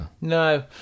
no